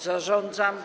Zarządzam